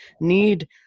need